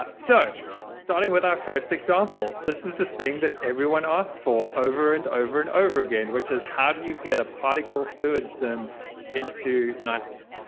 ah so starting with our first example, this is the thing that everyone asked for over and over and over again, which is, how do you get a particle fluid sim into niagara?